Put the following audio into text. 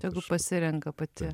tegul pasirenka pati